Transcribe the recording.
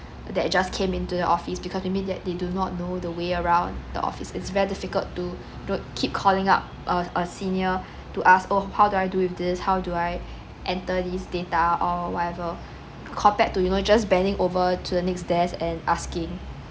that just came in to the office because maybe that they do not know the way around the office it's very difficult to do keep calling out a a senior to ask oh how do I do with this how do I enter this data or whatever compared to you know just bending over to the next desk and asking